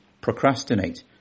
procrastinate